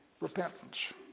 repentance